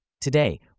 Today